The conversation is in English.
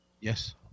Yes